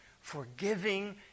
forgiving